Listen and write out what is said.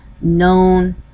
known